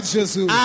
Jesus